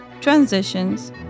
Transitions